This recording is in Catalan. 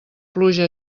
pluja